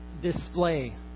display